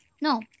no